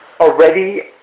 already